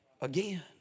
again